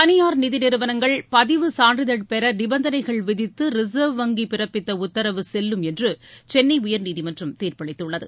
தளியார் நிதி நிறுவனங்கள் பதிவு சான்றிதழ் பெற நிபந்தனைகள் விதித்து ரிசர்வ் வங்கி பிறப்பித்த உத்தரவு செல்லும் என்று சென்னை உயர்நீதிமன்றம் தீர்ப்பளித்துள்ளது